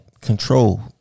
control